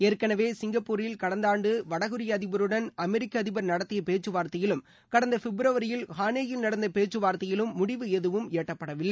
ஏற்கனவே சிங்கப்பூரில் கடந்த ஆண்டு வடகொரிய அதிபருடன் அமெரிக்க அதிபர் நடத்திய பேச்சுவார்த்தையிலும் கடந்த பிப்ரவரியில் ஹானோயில் நடந்த பேச்சுவார்த்தையிலும் முடிவு எதுவும் எட்டப்படவில்லை